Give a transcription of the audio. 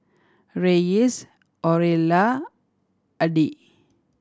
Reyes Aurilla Addie